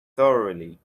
thoroughly